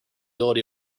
ability